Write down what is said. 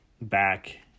back